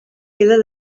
queda